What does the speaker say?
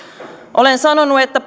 olen sanonut että